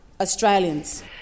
Australians